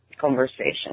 conversation